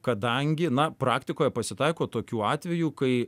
kadangi na praktikoje pasitaiko tokių atvejų kai